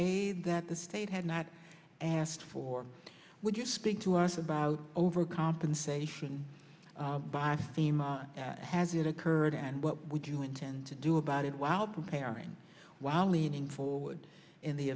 aid that the state had not asked for would you speak to us about over compensation by steam has it occurred and what would you intend to do about it wow preparing while leaning forward in the